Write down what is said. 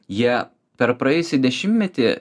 jie per praėjusį dešimtmetį